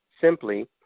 Simply